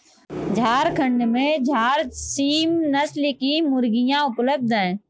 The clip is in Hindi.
झारखण्ड में झारसीम नस्ल की मुर्गियाँ उपलब्ध है